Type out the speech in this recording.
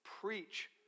preach